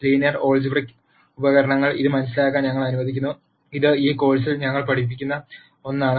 linear algebraic ഉപകരണങ്ങൾ ഇത് മനസിലാക്കാൻ ഞങ്ങളെ അനുവദിക്കുന്നു ഇത് ഈ കോഴ് സിൽ ഞങ്ങൾ പഠിപ്പിക്കുന്ന ഒന്നാണ്